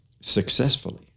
successfully